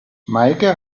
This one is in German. meike